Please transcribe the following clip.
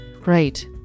Great